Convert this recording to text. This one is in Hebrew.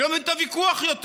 אני לא מבין את הוויכוח יותר.